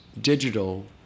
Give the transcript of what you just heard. digital